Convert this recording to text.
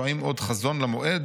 או האם עוד חזון למועד?